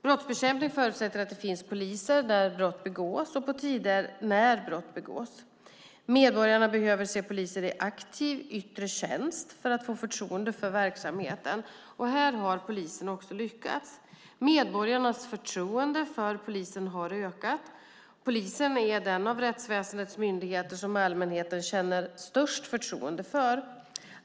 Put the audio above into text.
Brottsbekämpning förutsätter att det finns poliser där brott begås och på tider när brott begås. Medborgarna behöver se poliser i aktiv, yttre tjänst för att få förtroende för verksamheten. Här har polisen också lyckats. Medborgarnas förtroende för polisen har ökat. Polisen är den av rättsväsendets myndigheter som allmänheten känner störst förtroende för.